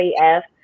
AF